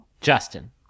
Justin